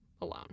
Alone